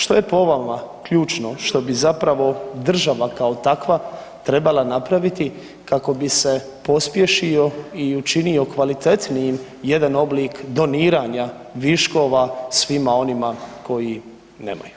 Što je po vama ključno što bi zapravo država kao takva trebala napraviti kako bi se pospješio i učinio kvalitetnijim jedan oblik doniranja viškova svima onima koji nemaju.